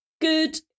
good